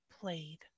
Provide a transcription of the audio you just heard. played